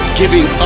giving